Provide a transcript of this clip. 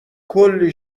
کلی